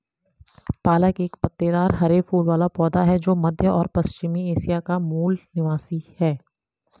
पालक एक पत्तेदार हरे फूल वाला पौधा है जो मध्य और पश्चिमी एशिया का मूल निवासी है